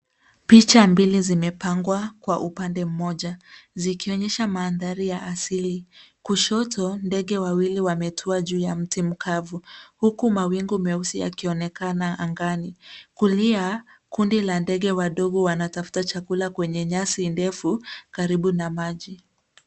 Picha mbili zimepangwa kwa upande mmoja, zikionyesha mandhari ya asili, kushoto ndege wawili wametua juu ya mti mkavu, huku mawingu meusi yakionekana angani. Kulia kundi la ndege wadogo wanatafuta chakula kwenye nyasi ndefu ,karibu na maji.